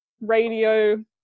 radio